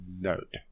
note